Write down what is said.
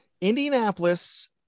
Indianapolis